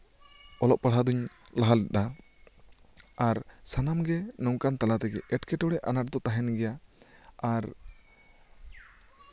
ᱚᱞᱚᱜ ᱯᱟᱲᱦᱟᱜ ᱫᱩᱧ ᱞᱟᱦᱟ ᱞᱮᱫᱟ ᱟᱨ ᱥᱟᱱᱟᱢ ᱜᱮ ᱱᱚᱝᱠᱟᱱ ᱛᱟᱞᱟ ᱛᱮᱜᱮ ᱮᱸᱴᱠᱮᱴᱚᱲᱮ ᱟᱱᱟᱴ ᱫᱚ ᱛᱟᱦᱮᱱ ᱜᱮᱭᱟ ᱟᱨ